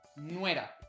nuera